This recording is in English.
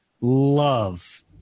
love